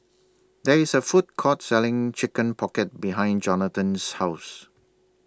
There IS A Food Court Selling Chicken Pocket behind Jonatan's House